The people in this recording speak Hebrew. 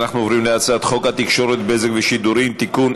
אנחנו עוברים להצעת חוק התקשורת (בזק ושידורים) (תיקון,